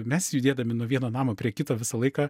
mes judėdami nuo vieno namo prie kito visą laiką